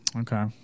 Okay